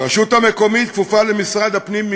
הרשות המקומית כפופה מקצועית למשרד הפנים,